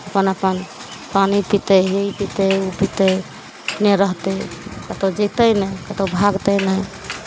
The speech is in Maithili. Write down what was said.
अपन अपन पानि पीतै हे ई पीतै हे ओ पीतै नहि रहतै कतहु जेतै नहि कतहु भागतै नहि